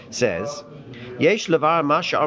says